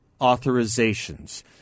authorizations